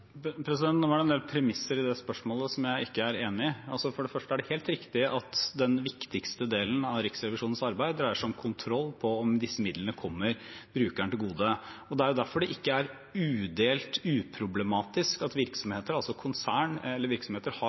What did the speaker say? enig i. For det første er det helt riktig at den viktigste delen av Riksrevisjonens arbeid dreier seg om kontroll på om disse midlene kommer brukeren til gode. Det er jo derfor det ikke er udelt uproblematisk at virksomheter, altså konserner eller virksomheter, har